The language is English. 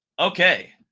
Okay